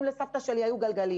אם לסבתא שלי היו גלגלים.